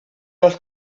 los